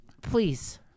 please